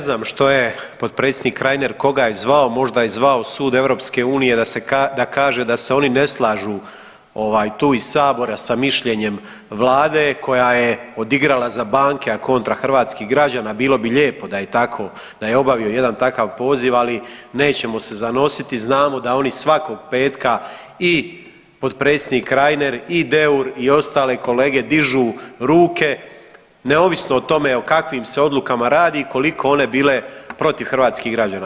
Da, ne znam što je potpredsjednik Reiner i koga je zvao, možda je zvao sud EU da kaže da se oni ne slažu ovaj tu iz sabora sa mišljenjem vlade koja je odigrala za banke, a kontra hrvatskih građana, bilo bi lijepo da je tako, da je obavio jedan takav poziv, ali nećemo se zanositi, znamo da oni svakog petka i potpredsjednik Reiner i Deur i ostale kolege dižu ruke neovisno o tome o kakvim se odlukama radi i koliko one bile protiv hrvatskih građana.